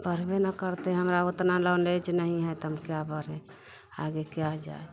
पढ़बे न करते हमरा ओतना ऐज नहीं है तो हम क्या बरे आगे क्या जाए